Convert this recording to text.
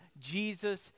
Jesus